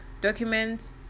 documents